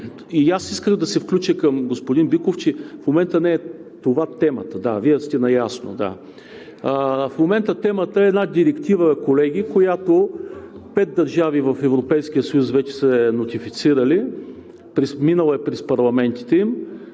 и аз исках да се включа към господин Биков, че в момента това не е темата. Да, Вие сте наясно. Да, в момента темата е една директива, колеги, която пет държави в Европейския съюз вече са нотифицирали, минала е през парламентите им,